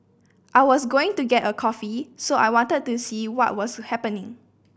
I was going to get a coffee so I wanted to see what was happening